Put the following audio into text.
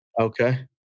Okay